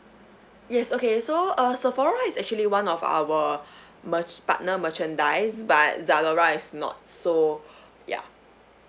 yes okay so err Sephora is actually one of our march~ partner merchandise but Zalora is not so yeah